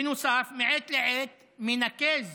בנוסף, מעת לעת מנקז